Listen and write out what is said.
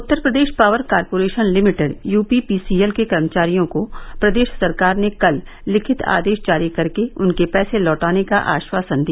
उत्तर Pradesh power corporation limited U P P C L के कर्मचारियों को प्रदेश सरकार ने कल लिखित आदेश जारी कर के उनके पैसे लौटाने का आश्वासन दिया